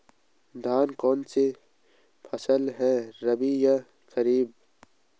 धान कौन सी फसल है रबी या खरीफ?